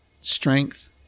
strength